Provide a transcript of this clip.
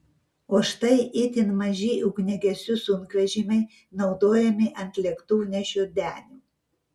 o štai itin maži ugniagesių sunkvežimiai naudojami ant lėktuvnešių denių